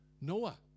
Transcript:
Noah